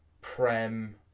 Prem